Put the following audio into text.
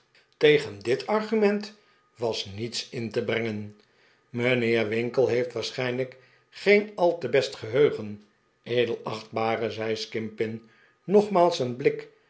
tegen dit argument was niets in te brengen mijnheer winkle heeft waarschijnlijk geen al te best geheugen edelachtbare zei skimpin nogmaals een blik